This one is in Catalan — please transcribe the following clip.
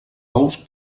ous